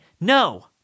No